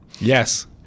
Yes